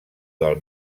del